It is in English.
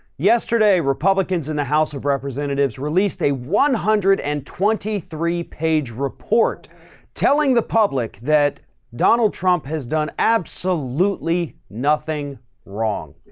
yesterday, republicans in the house of representatives released a one hundred and twenty three page report telling the public that donald trump has done absolutely nothing wrong.